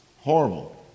Horrible